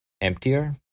emptier